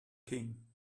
king